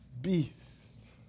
beast